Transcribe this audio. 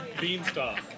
Beanstalk